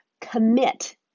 Commit